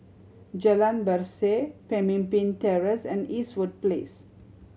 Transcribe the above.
Jalan Berseh Pemimpin Terrace and Eastwood Place